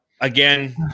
again